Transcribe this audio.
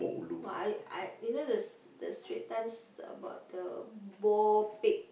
why I you know the the Straits Times about the boar pig wild